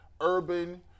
urban